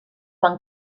van